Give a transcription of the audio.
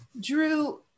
Drew